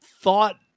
Thought